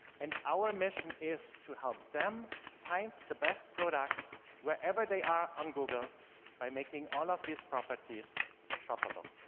and our mission is to help them find the best products wherever they are on google by making all of these properties shoppable.